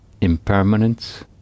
impermanence